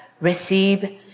receive